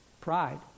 Pride